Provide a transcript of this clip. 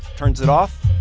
turns it off.